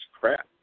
crap